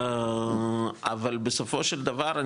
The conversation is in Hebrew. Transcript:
אבל בסופו של דבר,